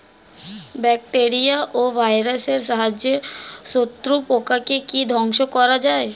Bacteria ও ভাইরাসের সাহায্যে শত্রু পোকাকে কি ধ্বংস করা যায়?